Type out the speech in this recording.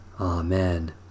Amen